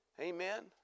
Amen